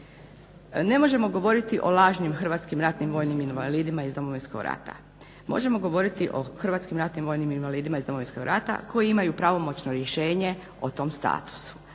Ne možemo govoriti o lažnim hrvatskim ratnim vojnim invalidima iz Domovinskog rata. Možemo govoriti o hrvatskim ratnim vojnim invalidima iz Domovinskog rata koji imaju pravomoćno rješenje o tom statusu.